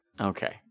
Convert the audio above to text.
Okay